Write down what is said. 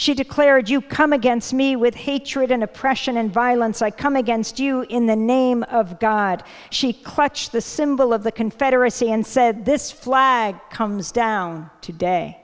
she declared you come against me with hatred and oppression and violence i come against you in the name of god she clutched the symbol of the confederacy and said this flag comes down today